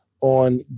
on